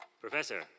Professor